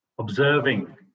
Observing